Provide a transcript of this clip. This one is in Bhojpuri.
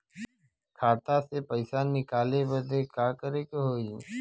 खाता से पैसा निकाले बदे का करे के होई?